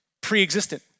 pre-existent